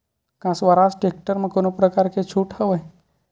का स्वराज टेक्टर म कोनो प्रकार के छूट हवय?